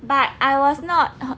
but I was not